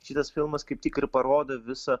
šitas filmas kaip tik ir parodo visą